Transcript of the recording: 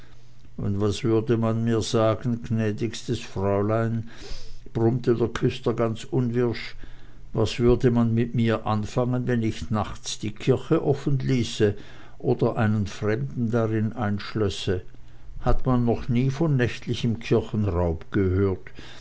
und was würde man mir sagen gnädigstes fräulein brummte der küster ganz unwirsch was würde man mit mir anfangen wenn ich nachts die kirche offenließe oder einen fremden darin einschlösse hat man noch nie von nächtlichem kirchenraub gehört